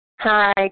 Hi